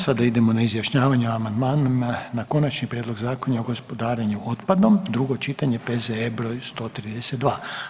Sada idemo na izjašnjavanje o amandmanima na Konačni prijedlog Zakona o gospodarenju otpadom, drugo čitanje, P.Z.E. br. 132.